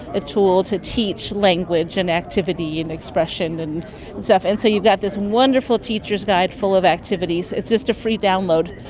a tool to teach language and activity and expression and and stuff. and so you've got this wonderful teacher's guide full of activities. it's just a free download.